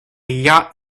yacht